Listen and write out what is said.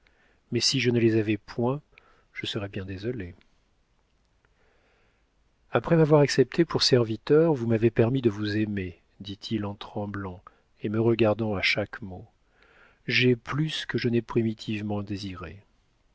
mais si je ne les avais point je serais bien désolée après m'avoir accepté pour serviteur vous m'avez permis de vous aimer dit-il en tremblant et me regardant à chaque mot j'ai plus que je n'ai primitivement désiré